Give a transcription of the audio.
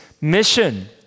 mission